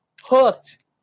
hooked